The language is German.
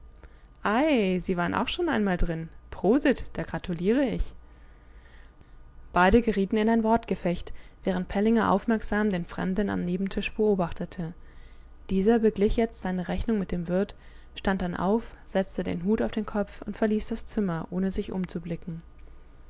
sie waren auch schon einmal drin prosit da gratuliere ich beide gerieten in ein wortgefecht während pellinger aufmerksam den fremden am nebentisch beobachtete dieser beglich jetzt seine rechnung mit dem wirt stand dann auf setzte den hut auf den kopf und verließ das zimmer ohne sich umzublicken